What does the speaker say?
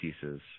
pieces